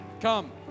Come